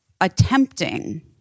Attempting